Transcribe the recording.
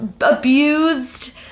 abused